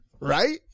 Right